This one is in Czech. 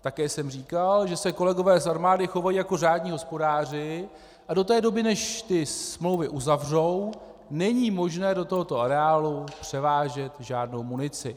Také jsem říkal, že se kolegové z armády chovají jako řádní hospodáři a do té doby, než smlouvy uzavřou, není možné do tohoto areálu převážet žádnou munici.